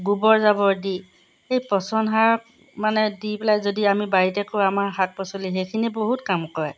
গোবৰ জাবৰ দি সেই পচন সাৰ মানে দি পেলাই যদি আমি বাৰীতে কৰো আমাৰ শাক পাচলি সেইখিনি বহুত কাম কৰে